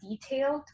detailed